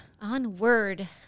Onward